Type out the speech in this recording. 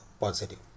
positive